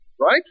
Right